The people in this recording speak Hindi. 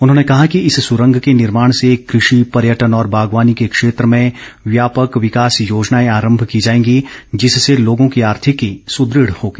उन्होंने कहा कि इस सुरंग के निर्माण से कृषि पर्यटन और बागवानी के क्षेत्र में व्यापक विकास योजनाएं आरम्भ की जाएंगी जिससे लोगों की आर्थिकी सुदृढ होगी